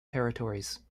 territories